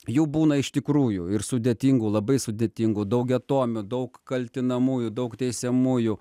jų būna iš tikrųjų ir sudėtingų labai sudėtingų daugiatomių daug kaltinamųjų daug teisiamųjų